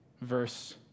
Verse